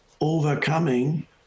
overcoming